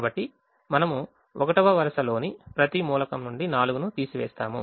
కాబట్టి మనము 1వ వరుసలోని ప్రతి మూలకం నుండి 4ను తీసివేస్తాము